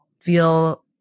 feel